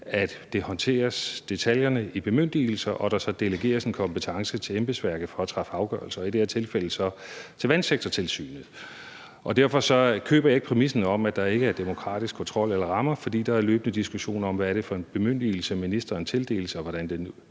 at detaljerne håndteres i bemyndigelser, og så delegeres der kompetence til embedsværket til at træffe afgørelser. I det her tilfælde er det så til Vandsektortilsynet. Derfor køber jeg ikke præmissen om, at der ikke er demokratisk kontrol eller demokratiske rammer, for der er løbende diskussioner om, hvad det er for en bemyndigelse, ministeren tildeles, og hvordan den